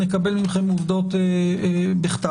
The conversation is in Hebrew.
נקבל מכם עובדות בכתב,